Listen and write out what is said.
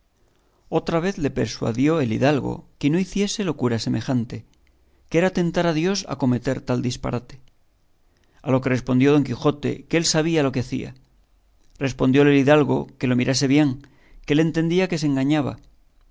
otra vez le persuadió el hidalgo que no hiciese locura semejante que era tentar a dios acometer tal disparate a lo que respondió don quijote que él sabía lo que hacía respondióle el hidalgo que lo mirase bien que él entendía que se engañaba